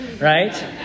Right